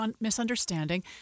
misunderstanding